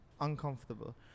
uncomfortable